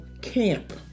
camp